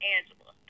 Angela